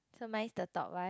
so mine is the top one